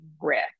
risk